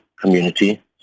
community